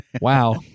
Wow